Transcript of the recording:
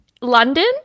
london